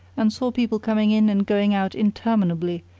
and saw people coming in and going out interminably,